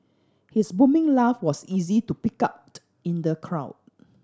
his booming laugh was easy to pick out in the crowd